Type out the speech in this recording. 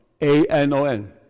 A-N-O-N